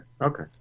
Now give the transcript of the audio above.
Okay